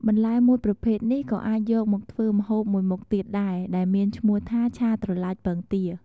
បន្លែមួយប្រភេទនេះក៏៏អាចយកមកធ្វើម្ហូបមួយមុខទៀតដែរ ដែលមានឈ្មោះថាឆាត្រឡាចពងទា។